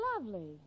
lovely